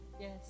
Yes